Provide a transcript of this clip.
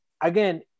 again